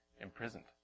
imprisoned